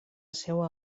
seua